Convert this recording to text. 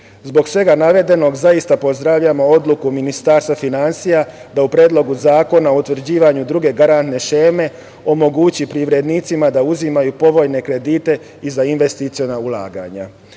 svega navedenog, zaista pozdravljam odluku Ministarstva finansija da u Predlogu zakona o utvrđivanju druge garantne šeme omogući privrednicima da uzimaju povoljne kredite i za investiciona ulaganja. Želeo